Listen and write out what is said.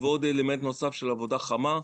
ואלמנט נוסף של עבודה חמה.